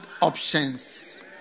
options